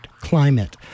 Climate